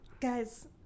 guys